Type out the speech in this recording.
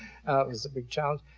it was a big challenge,